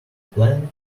plan